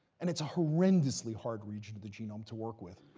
and it's a horrendously hard region of the genome to work with.